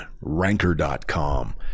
Ranker.com